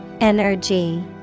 energy